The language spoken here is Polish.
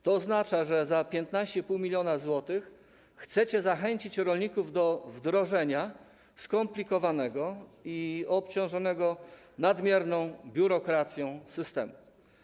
To oznacza, że za 15,5 mln zł chcecie zachęcić rolników do wdrożenia skomplikowanego i obciążonego nadmierną biurokracją systemu.